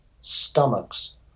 stomachs